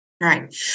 Right